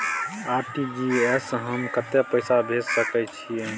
RTG S स हम कत्ते पैसा भेज सकै छीयै?